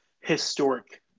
historic